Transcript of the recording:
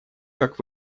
как